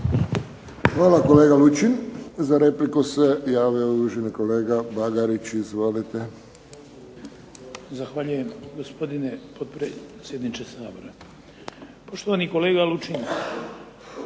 Hvala kolega Lučin. Za repliku se javio uvaženi kolega Bagarić. Izvolite. **Bagarić, Ivan (HDZ)** Hvala gospodine potpredsjedniče Sabora. Poštovani kolega Lučin